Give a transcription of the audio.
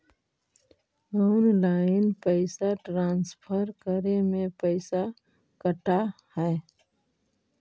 Online पैसा transfer करे में पैसा कटा है?